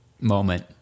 moment